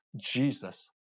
Jesus